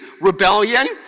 rebellion